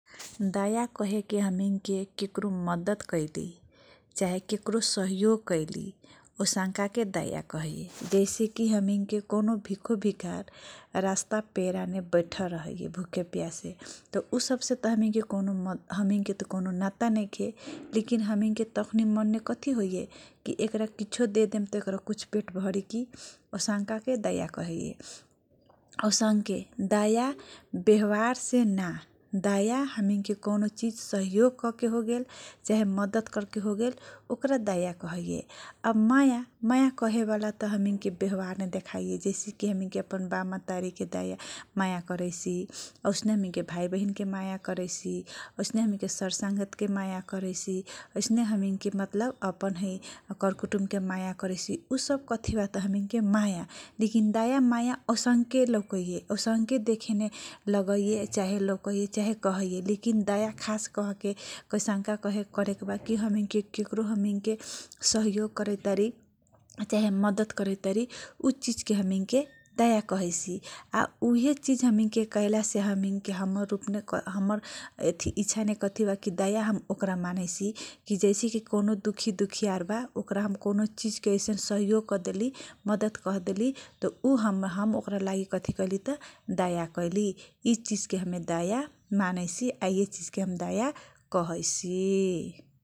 दाया कह के हमिन के के करो मद्दत कहिले चाहे के करो सहयोग कहिले अवसानका के दाया कहये जैसेकी हामी के कनोभिको भिखार मे रास्ता पेरामे बैठल रहिए भुखे प्यासे उ सब से हामी के कौनो नाता नैखे लेकिन हामी के तखुनी मनमे कथी होए एकारा कुछो देदेम त पेट भरि कि औसानका के दाया कहैए औसन के दाया व्यवहारमा दाया हामी के कौनो चिज सहयोग कके हो गेल चाहिँ मद्दत कर्के होगे ओकरा दाया कहैसी माया कहेवाला त हामी के व्यवहार मे देखाइए। जैसेकी अपन बाप मतारी के माया करैसी औसने हामी के भाइ बहिन के माया करैसी औसने हामी के सरसँग तिया माया करैसी औसने हमिन के अपन कर कुटुम मे माया करैसी ऊ सब कथिबा हमिङके माया दया माया के औसांख्य औसांख्य देखिने लगाइए चाहे लौकैय दाया कहेके कैसनका कहिले हमके के करो सहयोग करैसी चाहे मद्दत करैसी उ चिज के दाया कहैसी उही चिज कैलासे हमर इच्छा मे कथि बाकी दाया ओकरा हामी के मानसि जैसे कौनो दुखी दुखिया हामी के हामी के आदमी के कोनो सहयोग करदेली मद्दत करदेली उ हम ओक्रा लागि कति कैली दाया कैली यी चिज के हम दाया मानेसी या दाया कहेसी ।